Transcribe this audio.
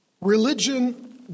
religion